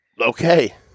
Okay